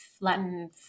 Latin